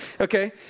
Okay